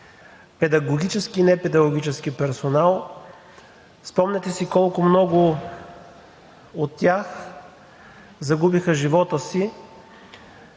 педагогически и непедагогически персонал. Спомняте си колко много от тях загубиха живота си